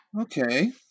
Okay